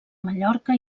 mallorca